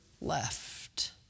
left